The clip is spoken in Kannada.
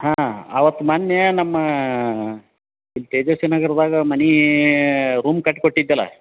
ಹಾಂ ಆವತ್ತು ಮೊನ್ನೆ ನಮ್ಮ ಇಲ್ಲಿ ತೇಜಸ್ವಿ ನಗರದಾಗ ಮನೆ ರೂಮ್ ಕಟ್ಟಿ ಕೊಟ್ಟಿದ್ದೆಯಲ್ಲ